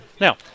Now